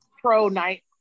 pro-Night